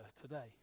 today